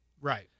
Right